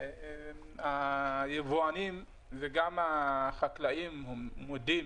היבואנים וגם החקלאים מודים